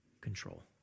control